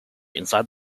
inside